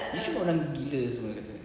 yishun orang gila semua kat sana